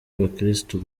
abakirisitu